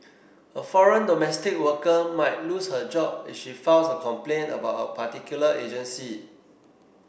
a foreign domestic worker might lose her job if she files a complaint about a particular agency